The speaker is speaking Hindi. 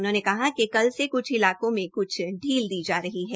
उन्होंने कहा कि कल से क्छ इलाकों में क्ल ढील दी जा रही है